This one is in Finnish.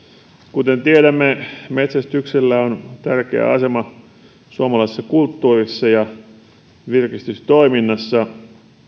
kuten tiedämme metsästyksellä on tärkeä asema suomalaisessa kulttuurissa ja virkistystoiminnassa